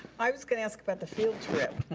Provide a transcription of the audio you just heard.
i was gonna ask about the field trip.